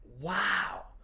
wow